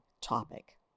topic